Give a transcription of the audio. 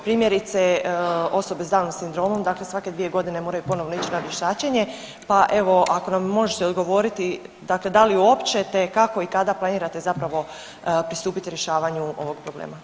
Primjerice osobe s Downovim sindromom, dakle svake 2 godine moraju ponovno ići na vještačenje pa evo ako nam možete odgovoriti, dakle da li uopće te kako i kada planirate zapravo pristupiti rješavanju ovoga problema?